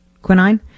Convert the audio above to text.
Quinine